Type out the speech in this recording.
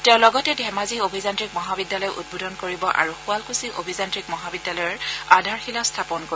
তেওঁ লগতে ধেমাজি অভিযান্ত্ৰিক মহাবিদ্যালয় উদ্বোধন কৰিব আৰু শুৱালকুছি অভিযান্ত্ৰিক মহাবিদ্যালয়ৰ আধাৰশিলা স্থাপন কৰিব